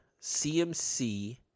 CMC